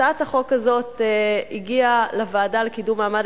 הצעת החוק הזאת הגיעה לוועדה לקידום מעמד